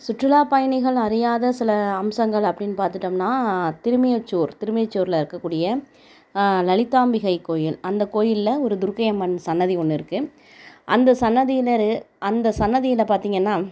சுற்றுலா பயணிகள் அறியாத சில அம்சங்கள் அப்டின்னு பார்த்துட்டோம்னா திருமீயச்சூர் திருமீயச்சூரில் இருக்கக்கூடிய லலிதாம்பிகை கோவில் அந்த கோவில்ல ஒரு துர்க்கை அம்மன் சன்னதி ஒன்று இருக்கு அந்த சன்னதியினரு அந்த சன்னதியில் பார்த்தீங்கன்னா